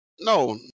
No